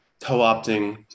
co-opting